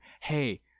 Hey